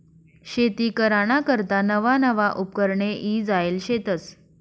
शेती कराना करता नवा नवा उपकरणे ईजायेल शेतस